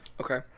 okay